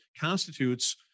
constitutes